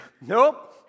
Nope